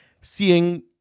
Seeing